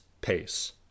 pace